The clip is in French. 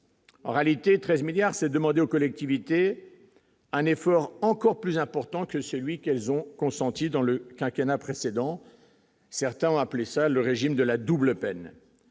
En réalité, 13 milliards c'est demander aux collectivités un effort encore plus important que celui qu'elles ont consentis dans le quinquennat précédent, certains ont appelé ça le régime de la double peine,